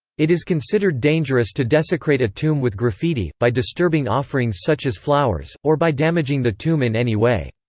it is considered dangerous to desecrate a tomb with graffiti, by disturbing offerings such as flowers, or by damaging the tomb in any way.